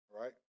right